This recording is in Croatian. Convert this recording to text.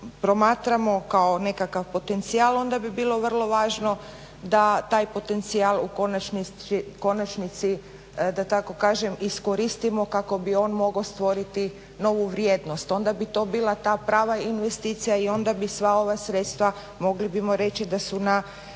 promatramo kao nekakav potencijal onda bi bilo vrlo važno da taj potencijal u konačnici da tako kažem iskoristimo kako bi on mogao stvoriti novu vrijednost. Onda bi to bila ta prava investicija i onda bi sva ova sredstva mogli bismo reći da su na